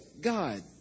God